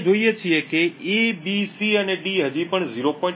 આપણે જોઈએ છીએ કે A B C અને D હજી પણ 0